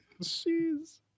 Jeez